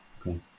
Okay